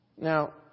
Now